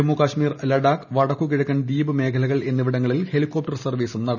ജമ്മു കാശ്മീർ ലഡാക്ക് വടക്ക് കിഴക്കൻ ദ്വീപ് മേഖലകൾ എന്നിവിടങ്ങളിൽ ഹെലികോപ്റ്റർ സർവ്വീസും നടത്തിയിരുന്നു